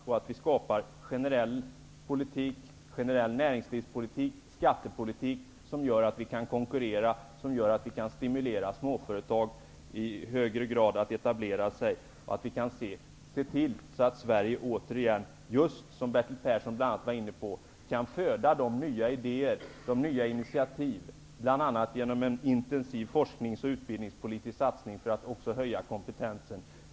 Vi behöver skapa en generell näringslivspolitik och skattepolitik som gör att företagen kan konkurrera, att småföretag i högre grad etablerar sig och att Sverige återigen, som bl.a. Bertil Persson var inne på, kan skörda de nya idéerna och initiativen bl.a. genom en intensiv forsknings och utbildningspolitisk satsning för att höja kompetensen.